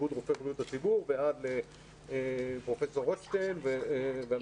איגוד רופאי בריאות הציבור ועד לפרופ' רוטשטיין ואנשים אחרים.